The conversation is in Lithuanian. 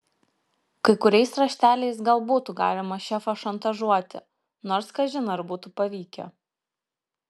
kai kuriais rašteliais gal būtų galima šefą šantažuoti nors kažin ar būtų pavykę